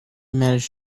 managed